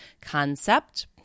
concept